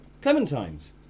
Clementines